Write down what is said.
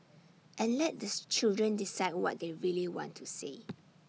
and let the children decide what they really want to say